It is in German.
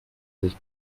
sich